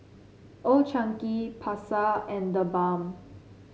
Old Chang Kee Pasar and TheBalm